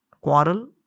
quarrel